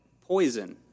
Poison